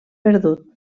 perdut